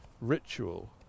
ritual